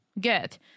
Good